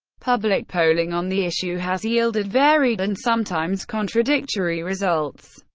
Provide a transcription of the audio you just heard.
public polling on the issue has yielded varied and sometimes contradictory results,